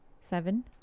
Seven